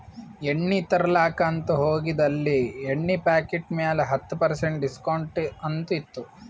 ಎಣ್ಣಿ ತರ್ಲಾಕ್ ಅಂತ್ ಹೋಗಿದ ಅಲ್ಲಿ ಎಣ್ಣಿ ಪಾಕಿಟ್ ಮ್ಯಾಲ ಹತ್ತ್ ಪರ್ಸೆಂಟ್ ಡಿಸ್ಕೌಂಟ್ ಅಂತ್ ಇತ್ತು